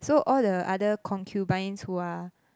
so all the other concubines who are